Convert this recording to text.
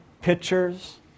pictures